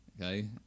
okay